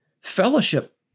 fellowship